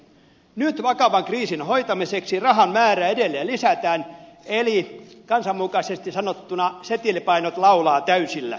nyt vakavan kriisin hoitamiseksi rahan määrää edelleen lisätään eli kansanmukaisesti sanottuna setelipainot laulavat täysillä